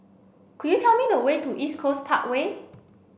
could you tell me the way to East Coast Parkway